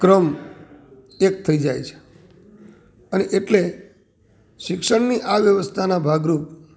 ક્રમ એક થઈ જાય છે અને એટલે શિક્ષણની આ વ્યવસ્થાનાં ભાગરૂપ